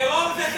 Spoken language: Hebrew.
טרור זה טרור.